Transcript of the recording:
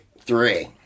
Three